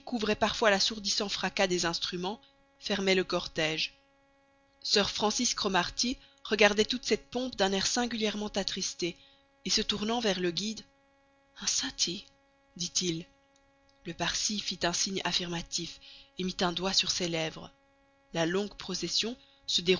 parfois l'assourdissant fracas des instruments fermaient le cortège sir francis cromarty regardait toute cette pompe d'un air singulièrement attristé et se tournant vers le guide un sutty dit-il le parsi fit un signe affirmatif et mit un doigt sur ses lèvres la longue procession